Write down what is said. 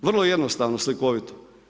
Vrlo jednostavno, slikovito.